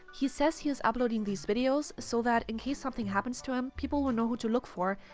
he says he is uploading these videos so that, in case something happens to him, people will know who to look for,